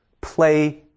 play